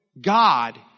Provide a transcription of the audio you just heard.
God